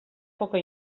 poca